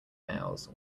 males